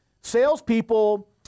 salespeople